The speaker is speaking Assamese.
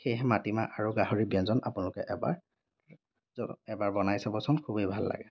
সেয়েহে মাটিমাহ আৰু গাহৰিৰ ব্য়ঞ্জন আপোনালোকে এবাৰ জ এবাৰ বনাই চাবচোন খুবেই ভাল লাগে